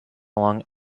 along